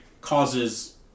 causes